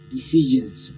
Decisions